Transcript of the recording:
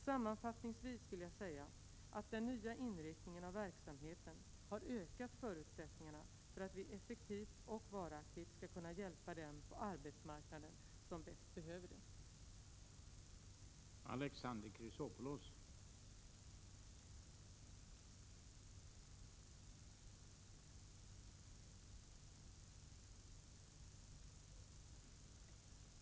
Sammanfattningsvis vill jag säga att den nya inriktningen av verksamheten har ökat förutsättningarna för att vi effektivt och varaktigt skall kunna hjälpa dem på arbetsmarknaden som bäst behöver det.